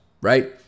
right